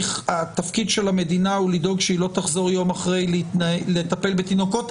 התפקיד של המדינה הוא לדאוג שהיא לא תחזור יום אחרי לטפל בתינוקות,